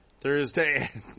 Thursday